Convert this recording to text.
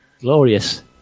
glorious